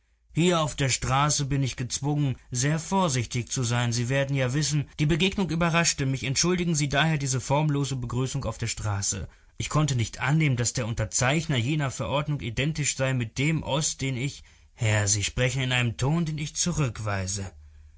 hier auf der straße bin ich gezwungen sehr vorsichtig zu sein sie werden ja wissen die begegnung überraschte mich entschuldigen sie daher diese formlose begrüßung auf der straße ich konnte nicht annehmen daß der unterzeichner jener verordnung identisch sei mit dem oß den ich herr sie sprechen in einem ton den ich zurückweise